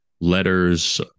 letters